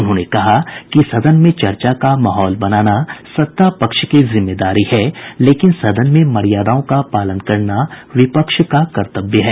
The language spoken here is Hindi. उन्होंने कहा कि सदन में चर्चा का माहौल बनाना सत्ता पक्ष की जिम्मेदारी है लेकिन सदन में मर्यादाओं का पालन करना विपक्ष का कर्तव्य है